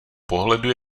pohledu